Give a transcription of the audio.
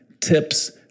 tips